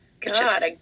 God